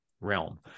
realm